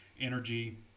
energy